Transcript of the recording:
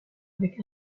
avec